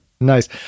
Nice